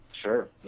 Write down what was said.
Sure